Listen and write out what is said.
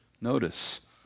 Notice